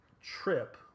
trip